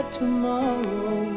tomorrow